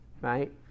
right